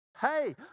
Hey